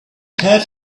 have